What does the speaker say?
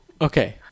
Okay